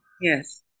Yes